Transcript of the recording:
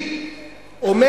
פצו פה,